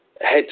head